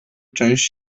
część